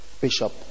Bishop